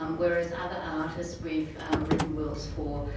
um whereas other artists we've written wills for,